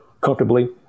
comfortably